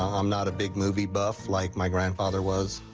i'm not a big movie buff like my grandfather was.